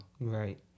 Right